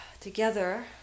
together